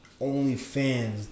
OnlyFans